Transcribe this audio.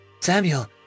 Samuel